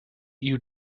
you